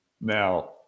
Now